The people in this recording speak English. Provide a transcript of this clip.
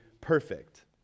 perfect